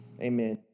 amen